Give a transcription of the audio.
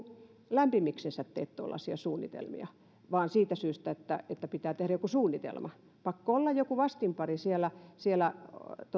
lämpimiksensä tee tuollaisia suunnitelmia vaan siitä syystä että että pitää tehdä joku suunnitelma on pakko olla joku vastinpari siellä siellä